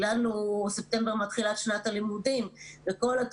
של ח"כ